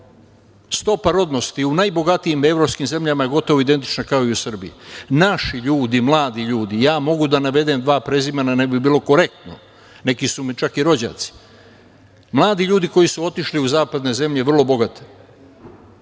Stopa rodnosti u najbogatijim evropskim zemljama je gotovo identična kao i u Srbiji. Naši ljudi, mladi ljudi, mogu da navedem dva prezimena, ne bi bilo korektno, neki su mi čak i rođaci, mladi ljudi koji su otišli u zapadne zemlje, vrlo bogate,